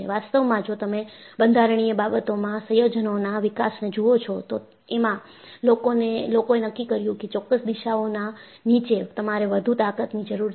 વાસ્તવમાં જો તમે બંધારણીય બાબતોમાં સંયોજનોના વિકાસને જુઓ છોતો એમાં લોકોએ નક્કી કર્યું કે ચોક્કસ દિશાઓના નીચે તમારે વધુ તાકતની જરૂર છે